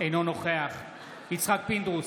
אינו נוכח יצחק פינדרוס,